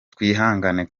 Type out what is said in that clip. twihangane